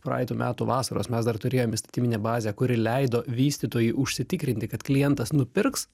praeitų metų vasaros mes dar turėjom įstatyminę bazę kuri leido vystytojui užsitikrinti kad klientas nupirks